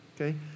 Okay